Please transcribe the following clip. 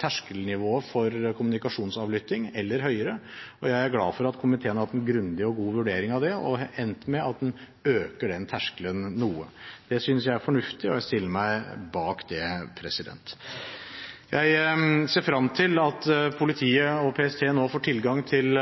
terskelnivået for kommunikasjonsavlytting eller høyere, og jeg er glad for at komiteen har hatt en grundig og god vurdering av det, og har endt med at en øker den terskelen noe. Det synes jeg er fornuftig, og jeg stiller meg bak det. Jeg ser frem til at politiet og PST nå får tilgang til